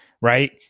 right